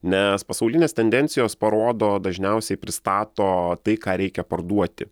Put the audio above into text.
nes pasaulinės tendencijos parodo dažniausiai pristato tai ką reikia parduoti